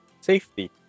safety